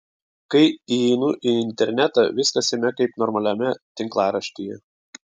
kai įeinu į internetą viskas jame kaip normaliame tinklaraštyje